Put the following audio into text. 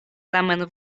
tamen